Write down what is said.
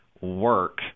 work